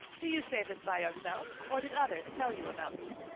do you say this by yourself, or did others tell you about me?